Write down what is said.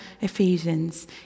Ephesians